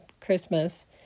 Christmas